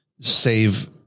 save